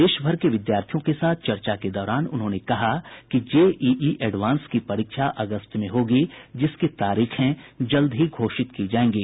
देशभर के विद्यार्थियों के साथ चर्चा के दौरान उन्होंने कहा कि जेई ई एडवान्स की परीक्षा अगस्त में होगी जिसकी तारीखें जल्दी ही घोषित की जाएंगी